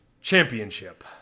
championship